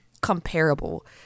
comparable